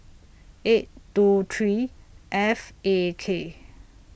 eight two three F A K